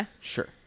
Sure